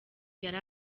yari